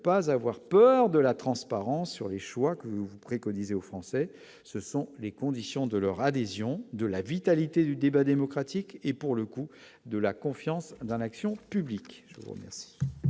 pas avoir peur de la transparence sur les choix que vous vous préconisez aux Français, ce sont les conditions de leur adhésion, de la vitalité du débat démocratique et pour le coup de la confiance dans l'action publique. Merci